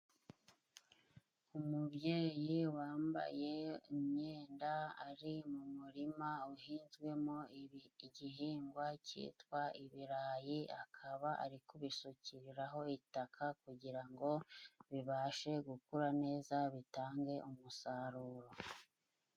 Umubyeyi wambaye imyenda ari mu murima uhinzwemo igihingwa cyitwa ibirayi akaba ari kubisukiraho itaka, kugira ngo bibashe gukura neza bitange umusaruro.